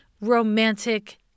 romantic